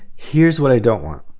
here's what i don't want